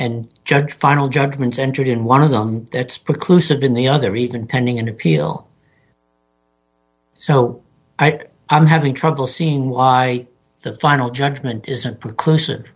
and judge final judgments entered in one of them that's precluded been the other even pending an appeal so i'm having trouble seeing why the final judgment isn't